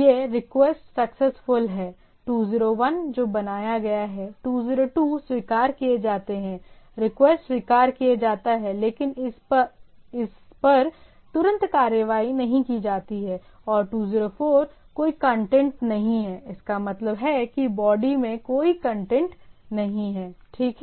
यह request successful है 201 जो बनाया गया है202 स्वीकार किए जाते हैं रिक्वेस्ट स्वीकार किया जाता है लेकिन इस पर तुरंत कार्रवाई नहीं की जाती है और 204 कोई कंटेंट नहीं है इसका मतलब है कि बॉडी में कोई कंटेंट नहीं है ठीक है